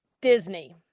Disney